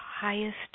highest